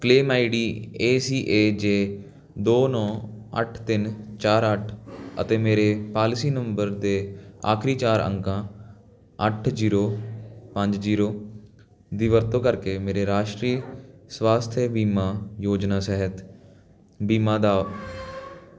claim ID A C A J ਦੋ ਨੌਂ ਅੱਠ ਤਿੰਨ ਚਾਰ ਅੱਠ ਅਤੇ ਮੇਰੇ ਪਾਲਿਸੀ ਨੰਬਰ ਦੇ ਆਖਰੀ ਚਾਰ ਅੰਕਾਂ ਅੱਠ ਜੀਰੋ ਪੰਜ ਜੀਰੋ ਦੀ ਵਰਤੋਂ ਕਰਕੇ ਮੇਰੇ ਰਾਸ਼ਟਰੀ ਸਵਾਸਥਯ ਬੀਮਾ ਯੋਜਨਾ ਸਿਹਤ ਬੀਮਾ ਦਾਅਵੇ